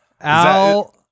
Al